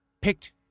picked